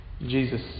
Jesus